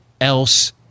else